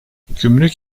gümrük